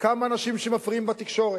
כמה אנשים שמפריעים בתקשורת,